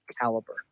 Caliber